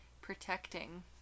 protecting